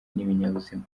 n’ibinyabuzima